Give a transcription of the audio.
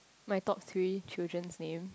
my top three children's name